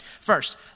First